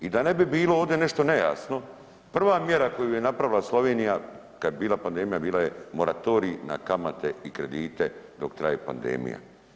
I da ne bi bilo ovdje nešto nejasno prva mjera koju je napravila Slovenija, kad je bila pandemija, bila je moratorij na kamate i kredite dok traje pandemija.